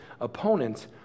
Opponents